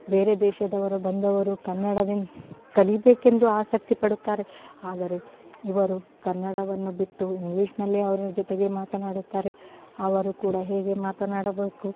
ಬೇರೆ ದೇಶದವರು ಬಂದವರು ಕನ್ನಡವನ್ ಕಲಿಬೇಕೆಂದು ಆಸಕ್ತಿ ಪಡುತ್ತಾರೆ ಆದರೆ ಇವರು ಕನ್ನಡವನ್ನು ಬಿಟ್ಟು ಇಂಗ್ಲೀಷ್ನಲ್ಲೇ ಅವರ ಜೊತೆಗೆ ಮಾತನಾಡುತ್ತಾರೆ ಅವರು ಕೂಡ ಹೇಗೆ ಮಾತನಾಡಬೇಕು